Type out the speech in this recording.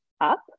up